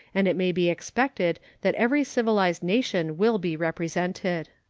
and it may be expected that every civilized nation will be represented.